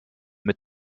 mit